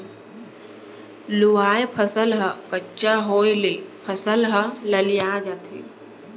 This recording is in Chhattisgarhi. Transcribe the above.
लूवाय फसल ह कच्चा होय ले फसल ह ललिया जाथे